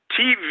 TV